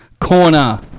corner